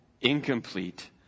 incomplete